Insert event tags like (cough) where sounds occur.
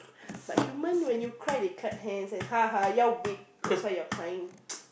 but human when you cry they clap hands and ha ha you're weak that's why you're are crying (noise)